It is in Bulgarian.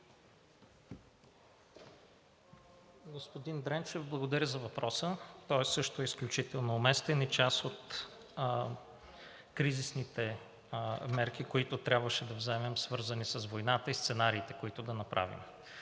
Господин Дренчев, благодаря за въпроса. Той е също изключително уместен и част от кризисните мерки, които трябваше да вземем, свързани с войната, и сценариите, които да направим.